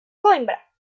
coimbra